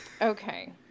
Okay